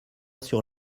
sur